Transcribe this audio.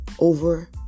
Over